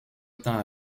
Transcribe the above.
temps